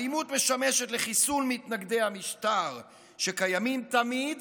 האלימות משמשת לחיסול מתנגדי המשטר שקיימים תמיד